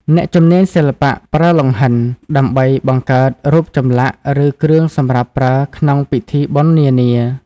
អ្នកជំនាញសិល្បៈប្រើលង្ហិន ដើម្បីបង្កើតរូបចម្លាក់ឬគ្រឿងសម្រាប់ប្រើក្នុងពិធីបុណ្យនានា។